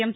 ఎం